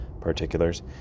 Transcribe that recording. particulars